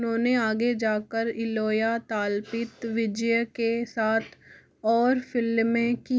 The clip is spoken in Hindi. उन्होंने आगे जा कर इलोया तालपित विजय के साथ और फिल्में कीं